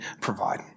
provide